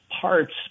parts